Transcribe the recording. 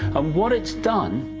um what it's done,